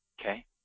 okay